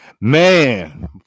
Man